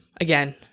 again